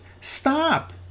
Stop